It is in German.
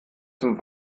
zum